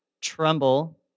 tremble